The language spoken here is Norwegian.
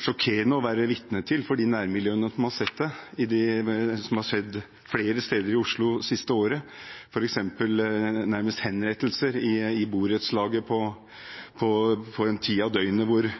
sjokkerende å være vitne til for de nærmiljøene som har sett det, sånt som har skjedd flere steder i Oslo det siste året, f.eks. nærmest henrettelser i borettslag på en tid av døgnet hvor